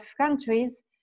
countries